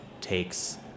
takes